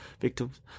victims